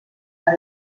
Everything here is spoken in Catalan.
per